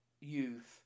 youth